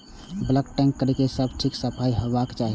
bulk tank केर सब दिन ठीक सं सफाइ होबाक चाही